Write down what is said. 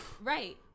Right